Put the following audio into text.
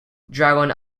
dragon